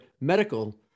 medical